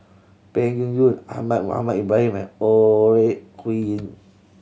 Peng Yuyun Ahmad Mohamed Ibrahim and Ore Huiying